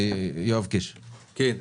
יואב קיש, בבקשה.